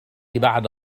بعد